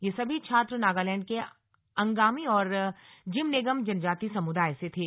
ये सभी छात्र नागालैण्ड के अंगामी और जिमनेगम जनजाति समुदाय से थे